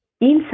inside